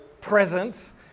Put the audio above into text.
presents